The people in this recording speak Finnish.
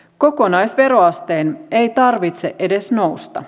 kokonaisveroasteen ei tarvitse edes nousta